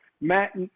Matt